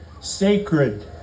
sacred